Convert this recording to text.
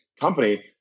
company